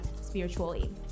spiritually